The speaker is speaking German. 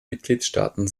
mitgliedstaaten